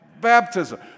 Baptism